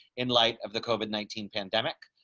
in light of the coven nineteen pandemic.